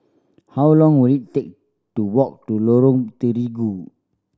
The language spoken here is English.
how long will it take to walk to Lorong Terigu